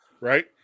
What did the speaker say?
right